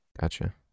Gotcha